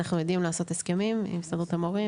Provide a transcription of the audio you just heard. אנחנו יודעים לעשות הסכמים עם הסתדרות המורים